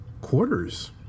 quarters